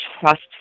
trust